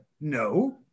No